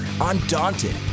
undaunted